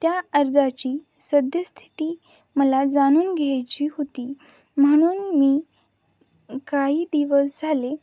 त्या अर्जाची सद्यस्थिती मला जाणून घ्यायची होती म्हणून मी काही दिवस झाले